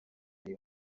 iyi